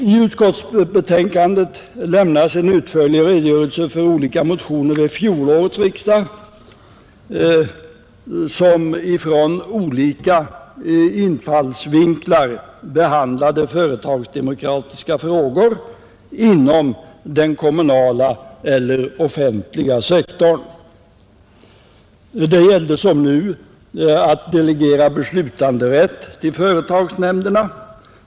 I utskottsbetänkandet lämnas en utförlig redogörelse för olika motioner vid fjolårets riksdag, som ur olika infallsvinklar behandlade företagsdemokratiska frågor inom den kommunala eller offentliga sektorn. Det gällde som nu att delegera beslutanderätt till företagsnämnderna.